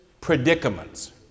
predicaments